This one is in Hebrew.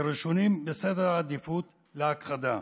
כראשונים בסדר העדיפויות להכחדה,